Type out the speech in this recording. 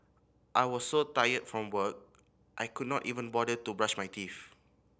I was so tired from work I could not even bother to brush my teeth